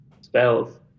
spells